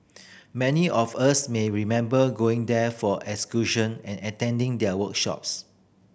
many of us may remember going there for excursion and attending their workshops